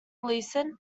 gleeson